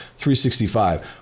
365